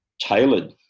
tailored